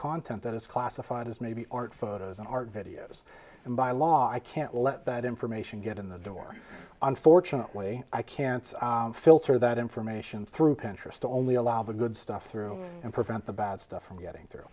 content that is classified as maybe art photos and videos and by law i can't let that information get in the door unfortunately i can't filter that information through pinterest only allow the good stuff through and prevent the bad stuff from getting through